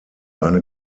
eine